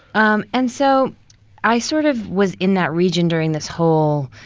um and so i sort of was in that region during this whole,